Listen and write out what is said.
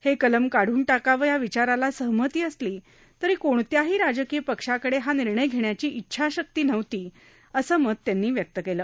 हे कलम काढून टाकावं या विचाराला सहमती असली तरी कोणत्याही राजकीय पक्षाकडे हा निर्णय घेण्याची इच्छाशक्ती नव्हती असं मत शहा यांनी व्यक्त केलं